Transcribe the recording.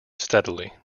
steadily